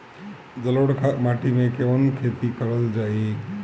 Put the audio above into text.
जलोढ़ माटी में कवन खेती करल जाई?